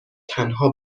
تنها